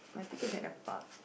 my picture is at the park